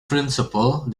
principle